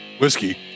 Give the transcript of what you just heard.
Whiskey